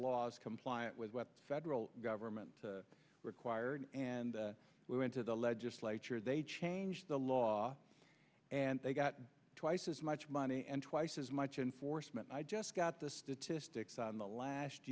laws compliant with what federal government required and we went to the legislature they changed the law and they got twice as much money and twice as much in forstmann i just got the statistics on the last